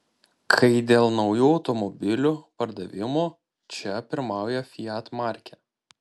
kai dėl naujų automobilių pardavimų čia pirmauja fiat markė